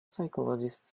psychologist